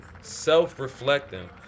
self-reflecting